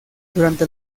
durante